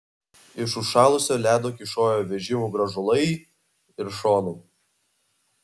iš užšalusio ledo kyšojo vežimų grąžulai ir šonai